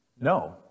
no